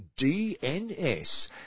DNS